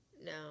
No